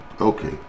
Okay